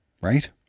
Right